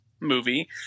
movie